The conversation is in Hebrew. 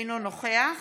אינו נוכח